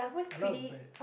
and I was bad